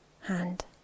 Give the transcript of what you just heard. hand